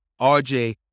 RJ